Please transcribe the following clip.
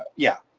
yeah.